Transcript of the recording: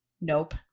nope